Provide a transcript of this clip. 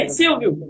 Silvio